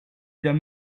d’un